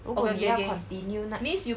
如果你要 continue 那